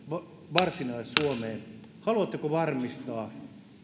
varsinais suomeen haluatteko varmistaa